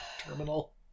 terminal